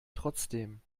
trotzdem